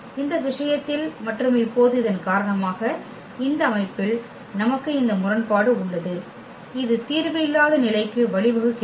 இந்த விஷயத்தில் மற்றும் இப்போது இதன் காரணமாக இந்த அமைப்பில் நமக்கு இந்த முரண்பாடு உள்ளது இது தீர்வு இல்லாத நிலைக்கு வழிவகுக்கிறது